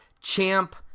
champ